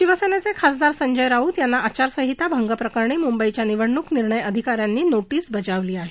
शिवसेनेचे खासदार संजय राऊत यांना आचारसंहिता भंग प्रकरणी मुंबईच्या निवडणूक निर्णय अधिकाऱ्यांनी नोटीस बजावली आहे